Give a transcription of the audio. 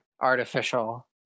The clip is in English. artificial